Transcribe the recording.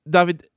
David